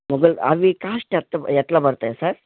మొగలి అవి కాస్ట్ ఎంత ఎట్లా పడతాయి సార్